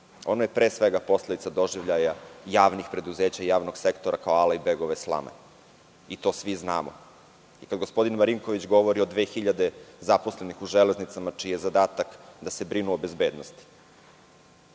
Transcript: Ono je pre svega posledica doživljaja javnih preduzeća i javnog sektora kao ale i begove slame. I to svi znamo. Kada gospodin Marinković govori o 2.000 zaposlenih u železnicama čiji je zadatak da se brinu o bezbednosti.